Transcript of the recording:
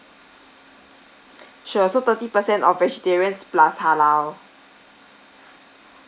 sure so thirty percent of vegetarians plus halal